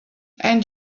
and